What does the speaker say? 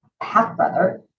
half-brother